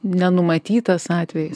nenumatytas atvejis